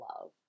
love